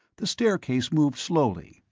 the staircase moved slowly,